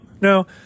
no